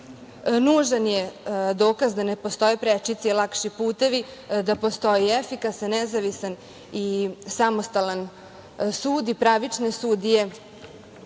nužan je dokaz da ne postoje prečice i lakši putevi, da postoji efikasan, nezavistan i samostalan sud i pravične sudije